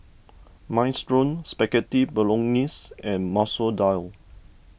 Minestrone Spaghetti Bolognese and Masoor Dal